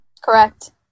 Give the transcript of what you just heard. Correct